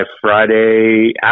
Friday